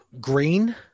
Green